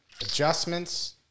Adjustments